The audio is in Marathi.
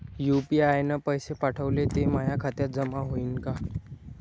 यू.पी.आय न पैसे पाठवले, ते माया खात्यात जमा होईन का?